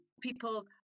people